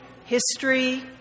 History